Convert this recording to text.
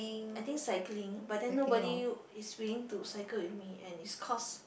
I think cycling but then nobody is willing to cycle with me and its cost~